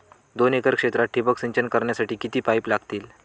दोन एकर क्षेत्रात ठिबक सिंचन करण्यासाठी किती पाईप लागतील?